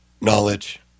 knowledge